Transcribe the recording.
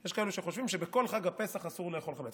יש כאלה שחושבים שבכל חג הפסח אסור לאכול חמץ.